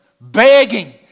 begging